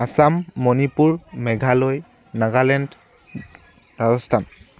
Assam Manipur Meghalaya Nagaland Rajasthan